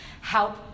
help